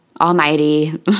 almighty